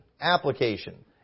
application